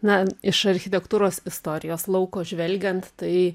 na iš architektūros istorijos lauko žvelgiant tai